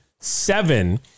seven